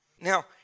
Now